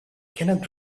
kenneth